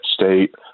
State